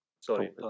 Sorry